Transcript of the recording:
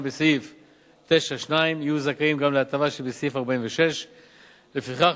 בסעיף 9(2) יהיו זכאים גם להטבה שבסעיף 46. לפיכך,